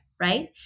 right